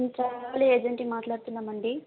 నేను ట్రావెల్ ఏజెంట్ని మాట్లాడుతున్నాం అండి